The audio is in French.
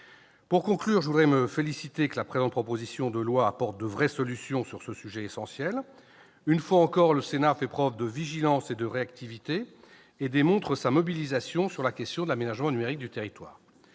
Pour conclure, je voudrais me féliciter de ce que la présente proposition de loi apporte de vraies solutions sur ce sujet essentiel. Une fois encore, le Sénat a fait preuve de vigilance et de réactivité et démontre sa mobilisation sur la question de l'aménagement numérique du territoire.